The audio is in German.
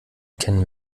kennen